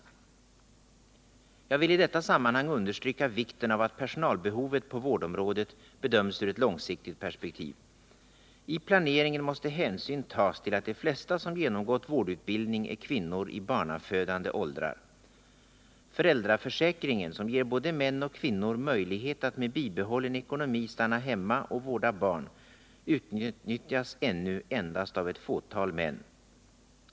Jag vill i detta sammanhang understryka vikten av att personalbehovet på vårdområdet bedöms ur ett långsiktigt perspektiv. I planeringen måste hänsyn tas till att de flesta som genomgått vårdutbildning är kvinnor i barnafödande åldrar. Föräldraförsäkringen, som ger både män och kvinnor möjlighet att med bibehållen ekonomi stanna hemma och vårda barn, utnyttjas ännu endast av ett fåtal män.